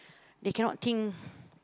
they cannot think